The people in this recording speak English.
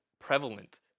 prevalent